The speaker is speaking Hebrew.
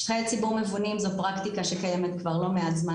שטחי הציבור מבונים זו פרקטיקה שקיימת כבר לא מעט זמן